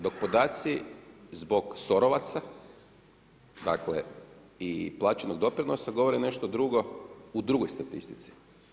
Dok podaci zbog SOR-ovaca, dakle i plaćenog doprinosa govori nešto drugo u drugoj statistici.